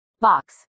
Box